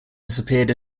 disappeared